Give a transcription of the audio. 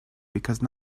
because